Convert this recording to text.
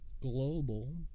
global